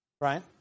Right